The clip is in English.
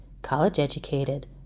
college-educated